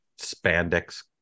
spandex